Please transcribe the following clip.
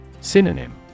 Synonym